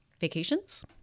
Vacations